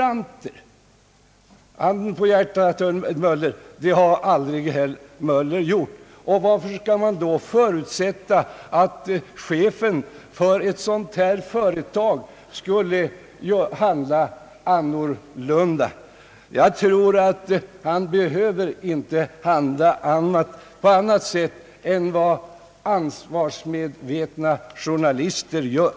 Handen på hjärtat, herr Möller, det har Ni aldrig gjort. Varför skall man då förutsätta att chefen för ett sådant här företag skulle handla annorlunda? Jag tror inte att han behöver handla på annat sätt än vad ansvarsmedvetna journalister gör.